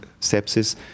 sepsis